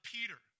Peter